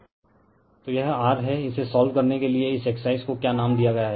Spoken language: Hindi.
रिफर स्लाइड टाइम 1731 तो यह r है इसे सोल्व करने के लिए इस एक्सरसाइज को क्या नाम दिया गया हैं